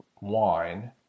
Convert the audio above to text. wine